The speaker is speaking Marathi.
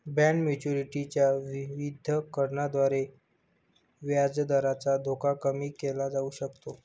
बॉण्ड मॅच्युरिटी च्या विविधीकरणाद्वारे व्याजदराचा धोका कमी केला जाऊ शकतो